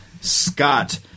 Scott